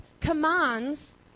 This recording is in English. commands